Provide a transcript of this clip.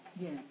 Yes